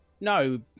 No